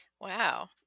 Wow